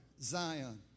Zion